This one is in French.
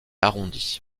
arrondies